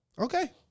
Okay